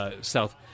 South